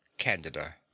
Candida